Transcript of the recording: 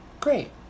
Great